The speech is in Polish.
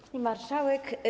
Pani Marszałek!